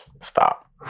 Stop